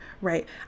right